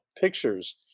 Pictures